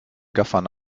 gaffern